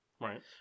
Right